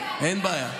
אין בעיה.